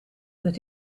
that